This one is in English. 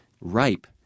ripe